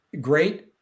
great